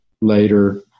later